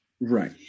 Right